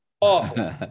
Awful